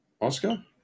Oscar